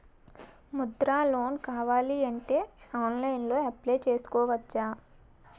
Mudra loan కావాలి అంటే ఆన్లైన్లో అప్లయ్ చేసుకోవచ్చా?